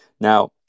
Now